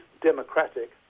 democratic